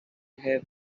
have